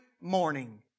morning